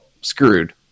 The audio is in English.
screwed